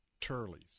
turleys